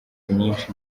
nyinshi